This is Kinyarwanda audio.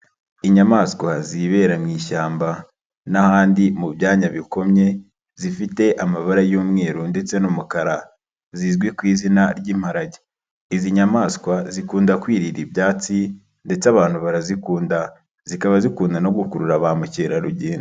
Inyamaswa zibera mu ishyamba n'ahandi mu byanya bikomye, zifite amabara y'umweru ndetse n'umukara, zizwi ku izina ry'imparage, izi nyamaswa zikunda kwirira ibyatsi ndetse abantu barazikunda, zikaba zikunda no gukurura ba mukerarugendo.